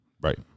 right